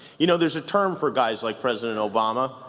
you know there's a term for guys like president obama.